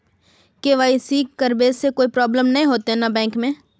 KYC करबे से कोई प्रॉब्लम नय होते न बैंक में?